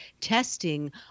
testing